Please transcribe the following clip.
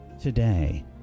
Today